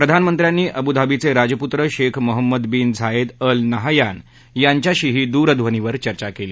प्रधानमंत्र्यांनी अबूधाबीच राजपुत्र Sheikh Mohammed bin Zayed al Nahyan यांच्याशीही दूरध्वनीवर चर्चा कली